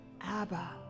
Abba